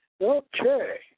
Okay